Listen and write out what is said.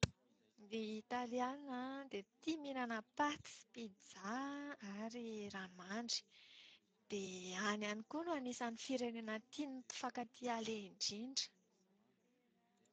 Ny italiana dia tia mihinana paty sy pizza ary ranomandry. Dia any ihany koa no anisan'ny fireneny tian'ny mpifankatia aleha indrindra.